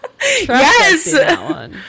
yes